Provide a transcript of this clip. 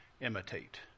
imitate